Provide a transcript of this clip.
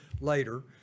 later